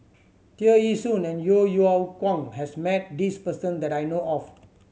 Tear Ee Soon and Yeo Yeow Kwang has met this person that I know of